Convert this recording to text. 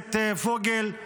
הכנסת פוגל,